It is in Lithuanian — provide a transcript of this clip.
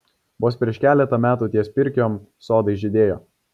vos prieš keletą metų ties pirkiom sodai žydėjo